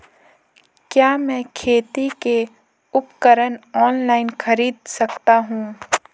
क्या मैं खेती के उपकरण ऑनलाइन खरीद सकता हूँ?